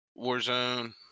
Warzone